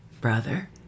brother